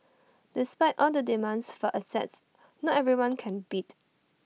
despite all the demands for assets not everyone can bid